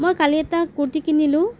মই কালি এটা কুৰ্তি কিনিলোঁ